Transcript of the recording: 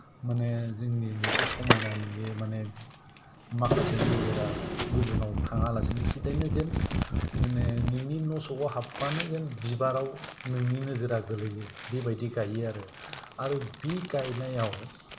माने जोंनि न'खौ समायना नुयो माने माखासे नोजोरा गुबुनाव थाङालासिनो सिदायैनो जेन नोंनि न'सखआवनो हाबबानो जेन बिबाराव नोंनि नोजोरा गोलैयो बेबायदि गायो आरो आरो बि गायनायाव